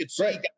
Right